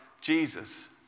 Jesus